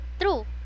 True